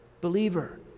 Believer